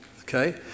okay